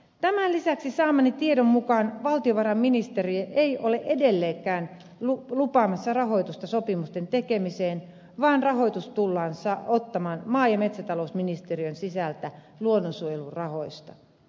tämän lisäksi saamani tiedon mukaan valtiovarainministeri ei ole edelleenkään lupaamassa rahoitusta sopimusten tekemiseen vaan rahoitus tullaan ottamaan maa ja metsätalousministeriön sisältä luonnonsuojelurahoista